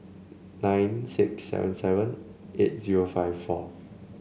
nine six seven seven eight zero five four